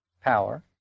power